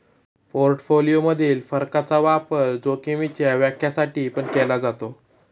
portfolio मधील फरकाचा वापर जोखीमीच्या व्याख्या साठी पण केला जातो